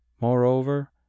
Moreover